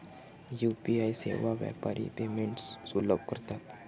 UPI सेवा व्यापारी payments सुलभ करतात